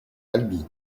albi